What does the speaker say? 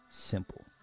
simple